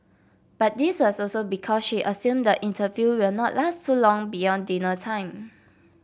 but this was also because she assumed the interview will not last too long beyond dinner time